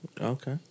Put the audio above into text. Okay